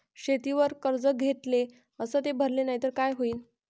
शेतीवर कर्ज घेतले अस ते भरले नाही तर काय होईन?